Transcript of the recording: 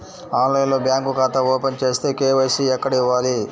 ఆన్లైన్లో బ్యాంకు ఖాతా ఓపెన్ చేస్తే, కే.వై.సి ఎక్కడ ఇవ్వాలి?